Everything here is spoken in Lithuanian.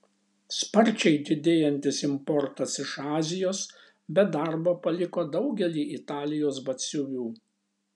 sparčiai didėjantis importas iš azijos be darbo paliko daugelį italijos batsiuvių